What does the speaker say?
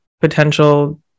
potential